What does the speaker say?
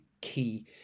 key